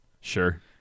Sure